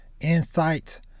insight